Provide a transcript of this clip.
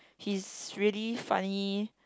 he's really funny